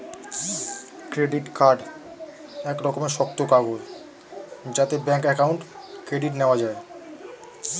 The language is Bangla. ক্রেডিট কার্ড এক রকমের শক্ত কাগজ যাতে ব্যাঙ্ক অ্যাকাউন্ট ক্রেডিট নেওয়া যায়